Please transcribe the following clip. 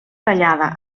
tallada